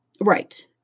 Right